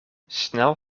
snel